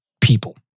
people